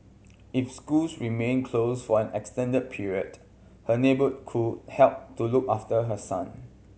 if schools remain close for an extended period her neighbour could help to look after her son